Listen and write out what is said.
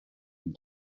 and